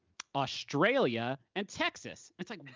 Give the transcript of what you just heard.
australia, and texas. it's like,